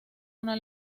una